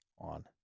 on